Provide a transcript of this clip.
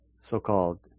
so-called